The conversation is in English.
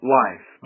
life